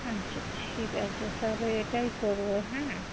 আচ্ছা ঠিক আছে তাহলে এটাই করব হ্যাঁ